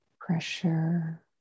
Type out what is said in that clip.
pressure